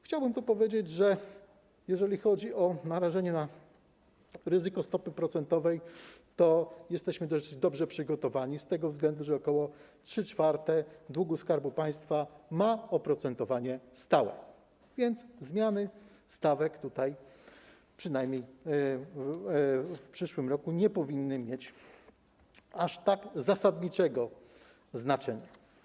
Chciałbym powiedzieć, że jeżeli chodzi o narażenie na ryzyko dotyczące stóp procentowych, to jesteśmy dobrze przygotowani z tego względu, że ok. 3/4 długu Skarbu Państwa ma oprocentowanie stałe, więc zmiany stawek, przynajmniej w przyszłym roku, nie powinny mieć aż tak zasadniczego znaczenia.